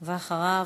ואחריו,